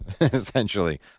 essentially